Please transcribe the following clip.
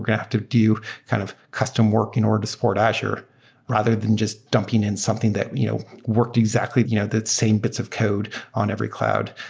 going to have to do kind of custom work in order to support azure rather than just dumping in something that you know worked exactly you know that same bits of code on every cloud.